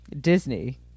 Disney